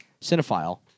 Cinephile